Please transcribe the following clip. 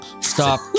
Stop